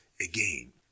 again